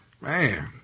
man